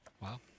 wow